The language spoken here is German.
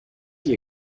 ihr